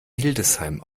hildesheim